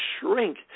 shrink